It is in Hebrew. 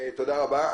תודה רבה.